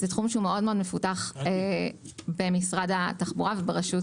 זה תחום שהוא מאוד מאוד מפותח במשרד התחבורה וברשות